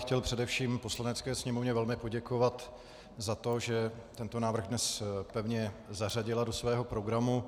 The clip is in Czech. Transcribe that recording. Chtěl bych především Poslanecké sněmovně velmi poděkovat za to, že tento návrh dnes pevně zařadila do svého programu.